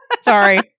Sorry